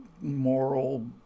moral